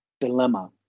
dilemma